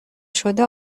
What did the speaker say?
شده